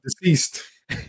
deceased